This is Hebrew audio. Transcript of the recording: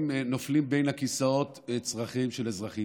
נופלים בין הכיסאות בצרכים של אזרחים.